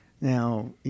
Now –